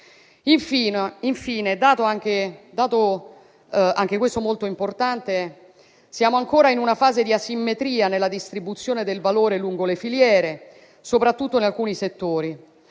Infine, dato anche questo molto importante, siamo ancora in una fase di asimmetria nella distribuzione del valore lungo le filiere, soprattutto in alcuni settori.